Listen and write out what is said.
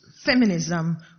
feminism